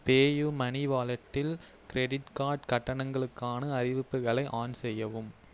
PayUmoney வாலெட்டில் credit card கட்டணங்களுக்கான அறிவிப்புகளை ஆன் செய்யவும்